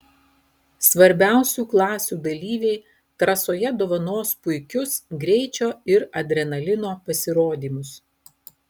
svarbiausių klasių dalyviai trasoje dovanos puikius greičio ir adrenalino pasirodymus